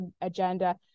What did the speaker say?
agenda